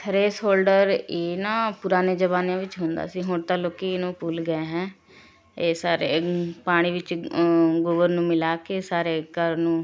ਥਰੈਸ਼ਹੋਲਡਰ ਇਹ ਨਾ ਪੁਰਾਣੇ ਜ਼ਮਾਨੇ ਵਿੱਚ ਹੁੰਦਾ ਸੀ ਹੁਣ ਤਾਂ ਲੋਕ ਇਹਨੂੰ ਭੁੱਲ ਗਏ ਹੈ ਇਹ ਸਾਰੇ ਪਾਣੀ ਵਿੱਚ ਗੋਬਰ ਨੂੰ ਮਿਲਾ ਕੇ ਸਾਰੇ ਘਰ ਨੂੰ